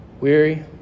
Weary